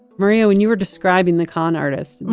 maria, when you were describing the con artist,